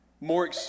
More